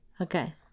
Okay